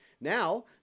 Now